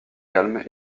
calme